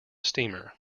steamer